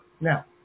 Now